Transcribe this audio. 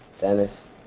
Dennis